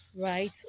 right